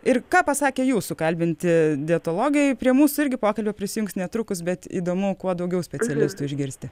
ir ką pasakė jūsų kalbinti dietologai prie mūsų irgi pokalbio prisijungs netrukus bet įdomu kuo daugiau specialistų išgirsti